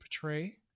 portray